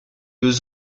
deux